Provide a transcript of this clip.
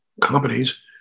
companies